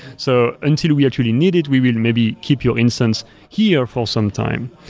so until we actually need it, we will maybe keep your instance here for some time.